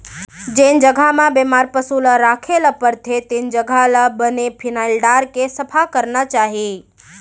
जेन जघा म बेमार पसु ल राखे ल परथे तेन जघा ल बने फिनाइल डारके सफा करना चाही